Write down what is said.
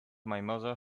mother